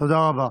תודה רבה.